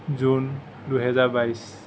June দুহেজাৰ বাইছ